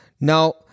Now